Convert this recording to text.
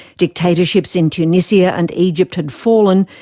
dictatorships in tunisia and egypt had fallen,